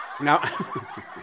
Now